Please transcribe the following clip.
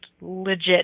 legit